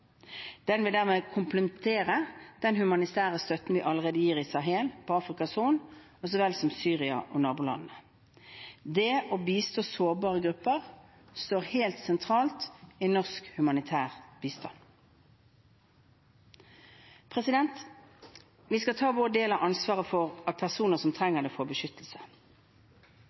Den vil dermed komplimentere den humanitære støtten vi allerede gir i Sahel og på Afrikas Horn, så vel som Syria og nabolandene. Det å bistå sårbare grupper står helt sentralt i norsk humanitær bistand. Vi skal ta vår del av ansvaret for at personer som